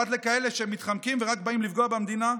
פרט לכאלה שמתחמקים ורק באים לפגוע במדינה,